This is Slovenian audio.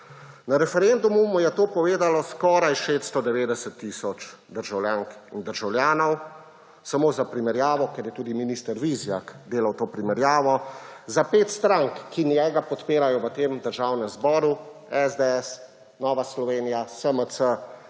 Na referendumu mu je to povedalo skoraj 690 tisoč državljank in državljanov. Samo za primerjavo, ker je tudi minister Vizjak delal to primerjavo za pet strank, ki njega podpirajo v tem Državnem zboru; za SDS, Novo Slovenijo, SMC,